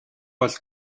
бол